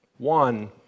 One